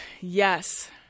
yes